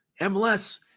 MLS